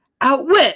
Outwit